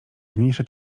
zmniejsza